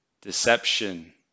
deception